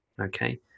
Okay